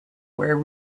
were